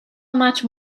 much